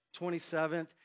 27th